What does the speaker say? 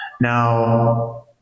Now